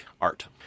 art